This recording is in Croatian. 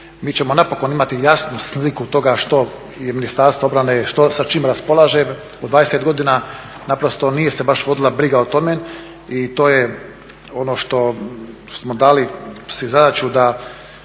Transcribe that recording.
mi ćemo napokon imati jasnu sliku toga što je Ministarstvo obrane, sa čime raspolaže. U 20 godina naprosto nije se baš vodila briga o tome i to je ono što smo dali si zadaću da